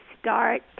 start